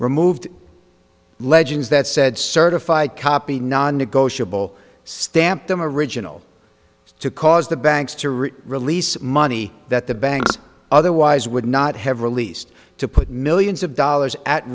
removed legend's that said certified copy non negotiable stamp them original to cause the banks to root release money that the banks otherwise would not have released to put millions of